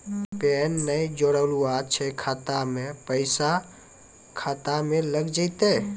Pan ने जोड़लऽ छै खाता मे पैसा खाता मे लग जयतै?